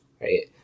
right